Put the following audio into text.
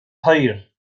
hwyr